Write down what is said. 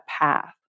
path